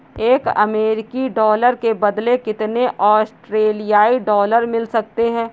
एक अमेरिकी डॉलर के बदले कितने ऑस्ट्रेलियाई डॉलर मिल सकते हैं?